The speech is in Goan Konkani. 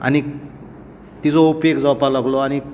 आनी तिजो उपेग जावपाक लागलो आनी